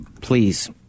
please